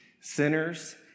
sinners